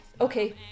Okay